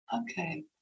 Okay